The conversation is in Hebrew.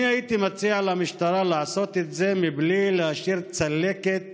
אני הייתי מציע למשטרה לעשות את זה בלי להשאיר צלקת